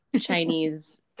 Chinese